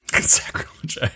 Sacrilege